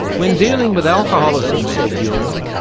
when dealing with alcoholism, said jung,